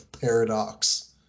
paradox